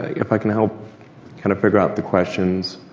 if i can help kind of figure out the questions,